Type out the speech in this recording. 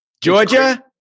Georgia